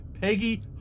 Peggy